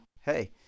hey